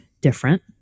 different